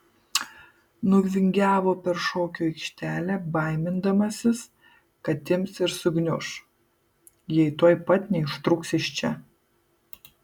nuvingiavo per šokių aikštelę baimindamasis kad ims ir sugniuš jei tuoj pat neištrūks iš čia